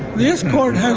this court